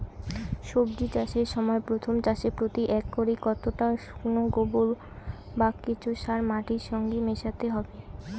সবজি চাষের সময় প্রথম চাষে প্রতি একরে কতটা শুকনো গোবর বা কেঁচো সার মাটির সঙ্গে মেশাতে হবে?